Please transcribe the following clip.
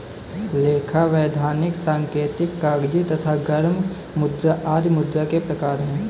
लेखा, वैधानिक, सांकेतिक, कागजी तथा गर्म मुद्रा आदि मुद्रा के प्रकार हैं